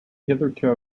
hitherto